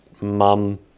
mum